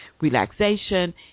relaxation